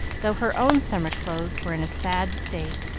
though her own summer clothes were in a sad state,